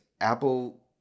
Apple